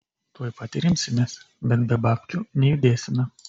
tuoj pat ir imsimės bet be babkių nejudėsime